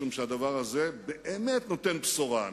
משום שהדבר הזה באמת נותן בשורה,